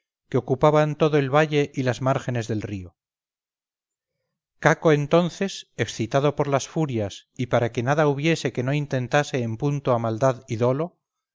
que ocupaban todo el valle y las márgenes del río caco entonces excitado por las furias y para que nada hubiese que no intentase en punto a maldad y dolo